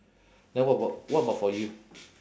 then what about what about for you